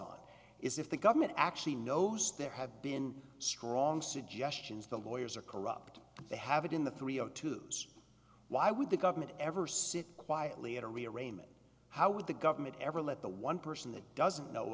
on is if the government actually knows there have been strong suggestion as the lawyers are corrupt to have it in the three zero two why would the government ever sit quietly at arraignment how would the government ever let the one person that doesn't know